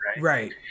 right